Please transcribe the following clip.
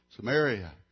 Samaria